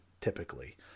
typically